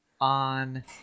on